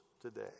today